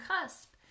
cusp